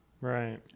right